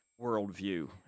worldview